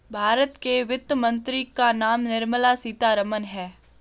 भारत के वित्त मंत्री का नाम निर्मला सीतारमन है